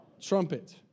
trumpet